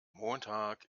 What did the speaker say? montag